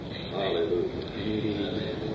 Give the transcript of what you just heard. Hallelujah